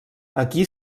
aquí